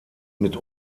mit